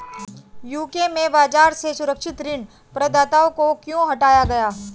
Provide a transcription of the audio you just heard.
UK में बाजार से सुरक्षित ऋण प्रदाताओं को क्यों हटाया गया?